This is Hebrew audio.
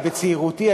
בצעירותי,